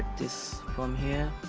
this from here,